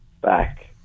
back